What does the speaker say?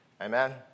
Amen